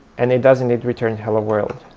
and it does indeed return hello, world.